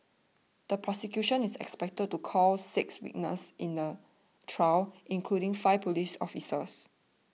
the prosecution is expected to call six witnesses in the trial including five police officers